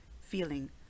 feeling